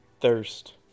thirst